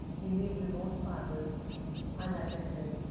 he leaves his own father unattended.